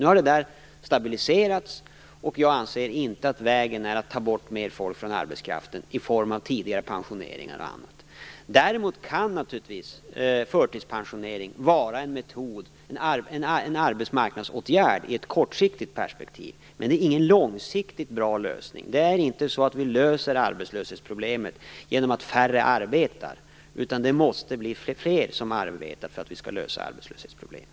Nu har läget stabiliserats, och jag anser inte att vägen är att ta bort mer folk från arbetskraften i form av tidigare pensioneringar och annat. Däremot kan naturligtvis förtidspensionering vara en arbetsmarknadsåtgärd i ett kortsiktigt perspektiv. Men det är ingen långsiktigt bra lösning. Vi löser inte arbetslöshetsproblemet genom att färre arbetar. Det måste bli fler som arbetar för att vi skall lösa arbetslöshetsproblemen.